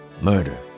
murder